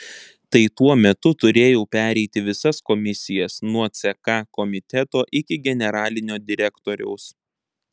tai tuo metu turėjau pereiti visas komisijas nuo ck komiteto iki generalinio direktoriaus